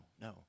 no